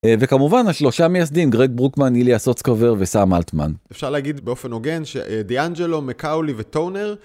וכמובן, השלושה מייסדים, גרג ברוקמן, איליה סוצקובר וסאם אלטמן. אפשר להגיד באופן הוגן שדיאנג'לו, מקאולי וטונר.